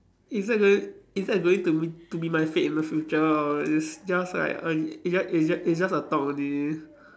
is that going is that going to be to be my fate in the future or is just like i~ is just is just is just like a thought only